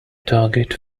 target